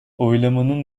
oylamanın